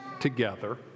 together